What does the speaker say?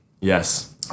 Yes